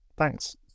Thanks